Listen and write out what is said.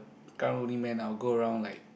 karang guni man I'll go around like